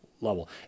level